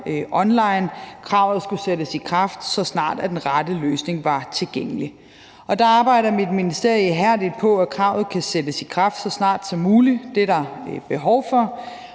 online. Kravet skulle sættes i kraft, så snart den rette løsning var tilgængelig. Der arbejder mit ministerium ihærdigt på, at kravet kan sættes i kraft så snart som muligt; det er der behov for.